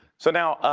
so now